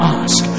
ask